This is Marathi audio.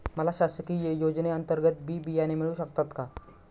मला शासकीय योजने अंतर्गत बी बियाणे मिळू शकतात का?